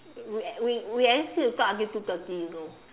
we we we at least need to talk until two thirty you know